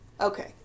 Okay